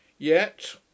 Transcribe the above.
Yet